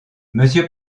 monsieur